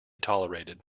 tolerated